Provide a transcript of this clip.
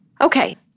Okay